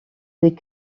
des